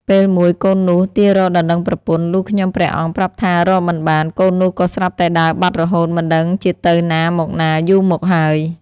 ពេលមួយកូននោះទាររកដណ្ដឹងប្រពន្ធ លុះខ្ញុំព្រះអង្គប្រាប់ថារកមិនបាន កូននោះក៏ស្រាប់តែដើរបាត់រហូតមិនដឹងជាទៅណាមកណាយូរមកហើយ ។